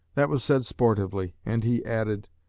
that was said sportively, and he added,